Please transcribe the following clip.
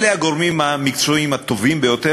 אלה הגורמים המקצועיים הטובים ביותר,